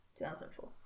2004